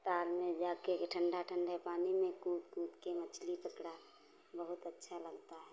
ताल में जाके ये ठंडा ठंडे पानी में कूद कूद के मछली पकड़ा बहुत अच्छा लगता है